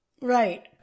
right